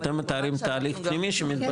אתם מתארים תהליך פנימי שמתבצע.